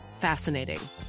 fascinating